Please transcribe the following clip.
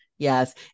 Yes